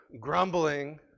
grumbling